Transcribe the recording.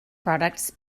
products